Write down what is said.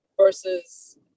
versus